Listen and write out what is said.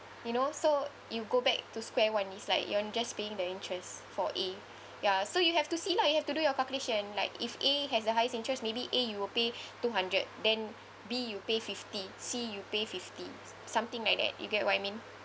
you know so you go back to square one it's like you're just paying the interest for A ya so you have to see lah you have to do your calculation like if A has the highest interest maybe A you will pay two hundred then B you pay fifty C you pay fifty something like that you get what I mean